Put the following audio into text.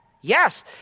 Yes